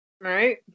Right